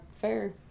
fair